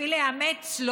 בשביל לאמץ,